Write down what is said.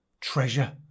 Treasure